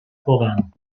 voran